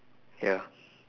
ya